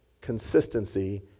consistency